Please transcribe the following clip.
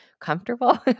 comfortable